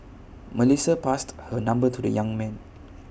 Melissa passed her number to the young man